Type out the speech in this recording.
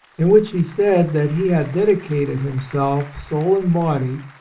in which he said that he had dedicated himself, soul and body,